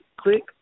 click